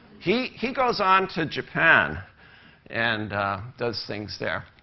he he goes on to japan and does things there.